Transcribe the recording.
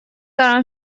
دارم